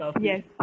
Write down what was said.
Yes